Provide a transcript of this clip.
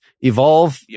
evolve